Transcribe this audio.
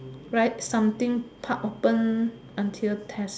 write something park open until test